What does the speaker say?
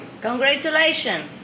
Congratulations